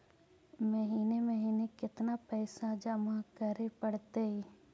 महिने महिने केतना पैसा जमा करे पड़तै?